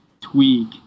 tweak